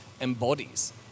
embodies